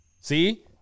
See